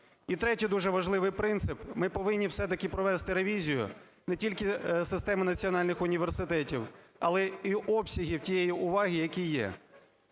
І третій, дуже важливий принцип: ми повинні все-таки провести ревізію не тільки системи національних університетів, але й обсяги тієї уваги, яка є.